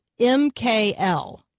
MKL